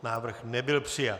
Návrh nebyl přijat.